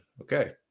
Okay